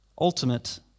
ultimate